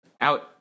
out